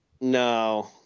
No